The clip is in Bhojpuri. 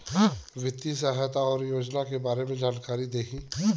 वित्तीय सहायता और योजना के बारे में जानकारी देही?